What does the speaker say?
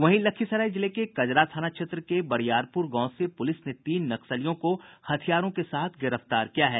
वहीं लखीसराय जिले के कजरा थाना क्षेत्र के बरियारपूर गांव से पूलिस ने तीन नक्सलियों को हथियारों के साथ गिरफ्तार किया है